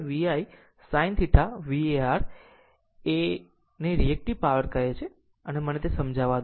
આમ Q VI sin θ VAr ને reactive power કહે છે આમ મને તે સમજાવા દો